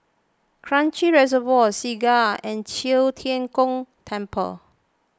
Kranji Reservoir Segar and Qiu Tian Gong Temple